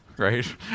Right